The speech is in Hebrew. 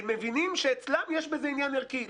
הם מבינים שאצלם יש בזה עניין ערכי.